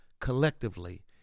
collectively